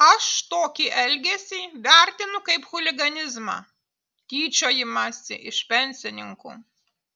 aš tokį elgesį vertinu kaip chuliganizmą tyčiojimąsi iš pensininkų